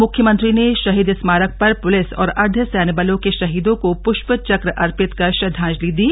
मुख्यमंत्री ने शहीद स्मारक पर पुलिस और अर्द्ध सैन्य बलों के शहीदों को पुष्प चक्र अर्पित कर श्रद्धांजलि दी